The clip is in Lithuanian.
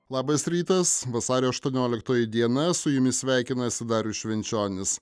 labas rytas vasario aštuonioliktoji diena su jumis sveikinasi darius švenčionis